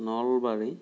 Nalbari